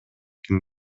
ким